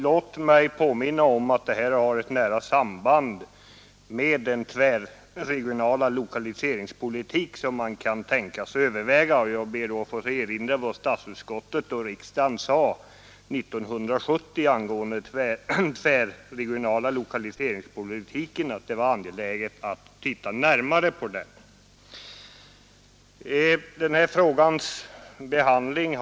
Jag vill påminna om att detta ärende har ett nära samband med den tvärregionala lokaliseringspolitik som man kan överväga. Jag vill erinra om vad statsutskottet och riksdagen sade 1970, att det var angeläget att se närmare på den tvärregionala lokaliseringspolitiken.